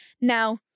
now